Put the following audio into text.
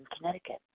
Connecticut